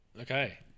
Okay